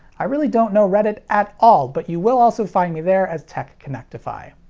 i really don't know reddit at all, but you will also find me there as techconnectify.